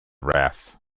ref